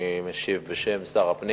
אני משיב בשם שר הפנים,